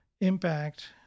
impact